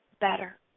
better